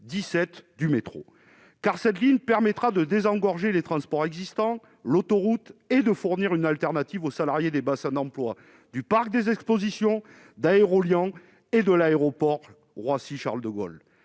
17 du métro car cette ligne permettra de désengorger les transports existant, l'autoroute est de fournir une alternative aux salariés des bassins d'emploi du parc des expositions d'Aerolia et de l'aéroport Roissy-Charles-de-Gaulle,